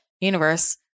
universe